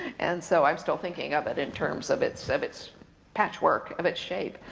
and so i'm still thinking of it in terms of its of its patchwork, of its shape.